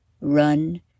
run